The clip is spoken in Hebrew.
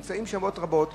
הם נמצאים שעות רבות.